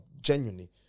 genuinely